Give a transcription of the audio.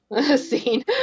scene